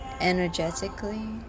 energetically